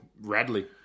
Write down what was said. Radley